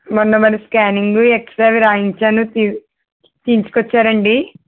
మొన్న మన scanning x-ray అది రాయించాను తీసు తీసుకొచ్చారండి